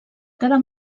cada